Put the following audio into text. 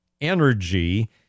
energy